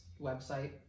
website